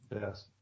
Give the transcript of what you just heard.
Yes